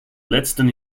letzten